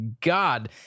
God